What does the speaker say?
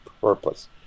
purpose